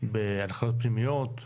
בהנחיות פנימיות?